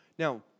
Now